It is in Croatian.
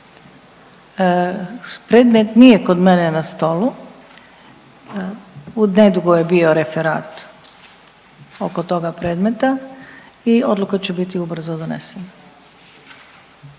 Predmet nije kod mene na stolu, nedugo je bio referat oko toga predmeta i odluka će biti ubrzo donesena.